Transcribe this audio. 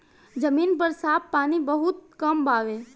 जमीन पर साफ पानी बहुत कम बावे